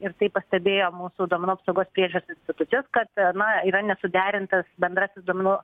ir tai pastebėjo mūsų duomenų apsaugos priežiūros institucijos kad na yra nesuderintas bendrasis duomenų